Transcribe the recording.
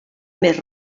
més